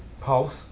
pulse